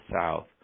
south